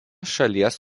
šalies